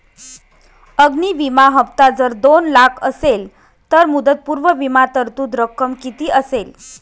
अग्नि विमा हफ्ता जर दोन लाख असेल तर मुदतपूर्व विमा तरतूद रक्कम किती असेल?